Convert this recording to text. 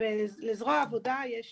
לזרוע העבודה יש